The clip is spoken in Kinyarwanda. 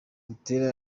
butera